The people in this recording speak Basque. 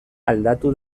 aldatu